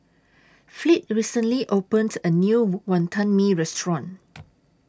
Fleet recently opened A New Wonton Mee Restaurant